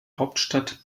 hauptstadt